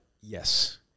yes